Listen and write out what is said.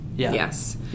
Yes